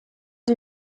die